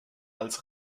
als